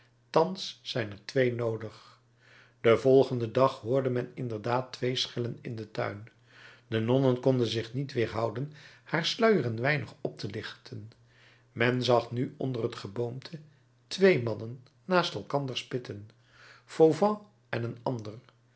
thans zijn er twee noodig den volgenden dag hoorde men inderdaad twee schellen in den tuin de nonnen konden zich niet weerhouden haar sluier een weinig op te lichten men zag nu onder het geboomte twee mannen naast elkander spitten fauvent en een ander